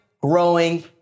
growing